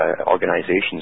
organizations